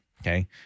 okay